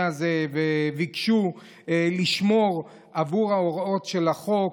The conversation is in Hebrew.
הזה וביקשו לשמור על ההוראות של החוק,